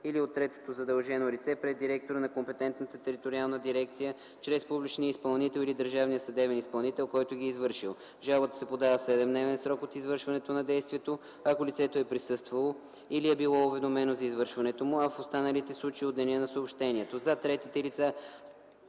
или от третото задължено лице пред директора на компетентната териториална дирекция чрез публичния изпълнител или държавния съдебен изпълнител, който ги е извършил. Жалбата се подава в 7 дневен срок от извършването на действието, ако лицето е присъствало или е било уведомено за извършването му, а в останалите случаи – от деня на съобщението. За третите лица